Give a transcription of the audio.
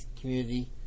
community